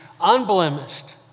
unblemished